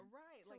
right